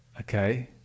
Okay